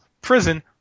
prison